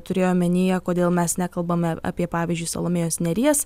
turėjo omenyje kodėl mes nekalbame apie pavyzdžiui salomėjos nėries